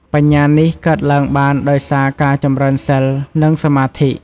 បញ្ញានេះកើតឡើងបានដោយសារការចម្រើនសីល និងសមាធិ។